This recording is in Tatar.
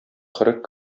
кырык